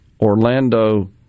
Orlando